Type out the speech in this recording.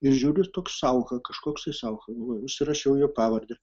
ir žiūriu toks sauka kažkoksai sauka galvoju užsirašiau jo pavardę